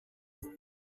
europa